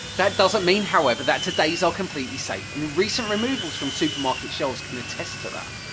that doesn't mean, however, that today's are completely safe and recent removals from supermarket shelves can attest to that.